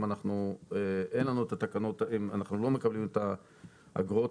אם אנחנו לא מקבלים את האגרות,